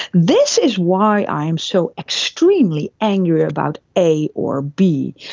this is why i am so extremely angry about a or b.